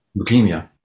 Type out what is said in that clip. leukemia